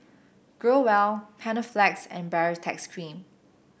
Growell Panaflex and Baritex Cream